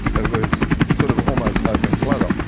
it was sort of almost open slather.